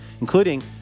including